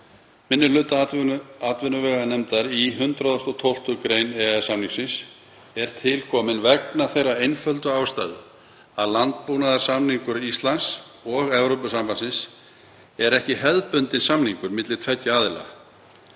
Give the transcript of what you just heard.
minni hlutans til 112. gr. EES-samningsins er til komin vegna þeirrar einföldu ástæðu að landbúnaðarsamningur Íslands og Evrópusambandsins er ekki hefðbundinn samningur milli tveggja aðila.